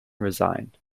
resigned